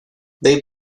they